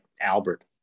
Albert